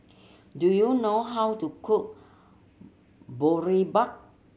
do you know how to cook Boribap